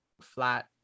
flat